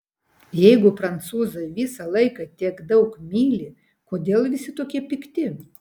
jeigu prancūzai visą laiką tiek daug myli kodėl visi tokie pikti